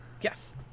Yes